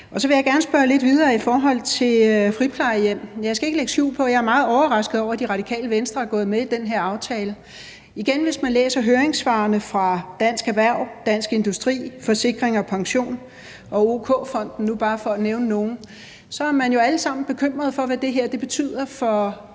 på. Så vil jeg gerne spørge lidt videre i forhold til friplejehjem. Jeg skal ikke lægge skjul på, at jeg er meget overrasket over, at Det Radikale Venstre er gået med i den her aftale. Igen, hvis man læser høringssvarene fra Dansk Erhverv, Dansk Industri, Forsikring & Pension og OK-Fonden, for nu bare at nævne nogle, så er de jo alle sammen bekymret for, hvad det her betyder for